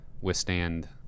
withstand